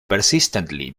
persistently